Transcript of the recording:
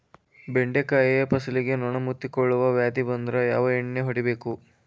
ಬೆಂಡೆಕಾಯ ಫಸಲಿಗೆ ನೊಣ ಮುತ್ತಿಕೊಳ್ಳುವ ವ್ಯಾಧಿ ಬಂದ್ರ ಯಾವ ಎಣ್ಣಿ ಹೊಡಿಯಬೇಕು?